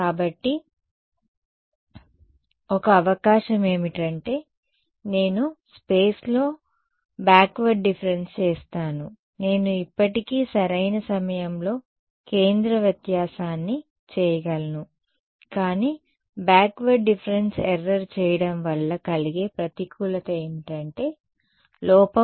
కాబట్టి ఒక అవకాశం ఏమిటంటే నేను స్పేస్లో బ్యాక్వర్డ్ డిఫరెన్స్ చేస్తాను నేను ఇప్పటికీ సరైన సమయంలో కేంద్ర వ్యత్యాసాన్ని చేయగలను కానీ బాక్వర్డ్ డిఫరెన్స్ ఎర్రర్ చేయడం వల్ల కలిగే ప్రతికూలత ఏమిటంటే లోపం పెరుగుతుంది